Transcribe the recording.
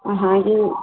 हाँ जी